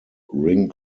ring